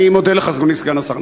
אני מודה לך, אדוני סגן השר.